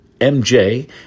MJ